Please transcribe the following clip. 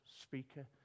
speaker